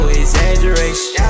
exaggeration